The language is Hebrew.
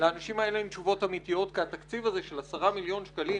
לאנשים האלה אין תשובות אמיתיות כי התקציב הזה של 10 מיליון שקלים,